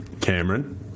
Cameron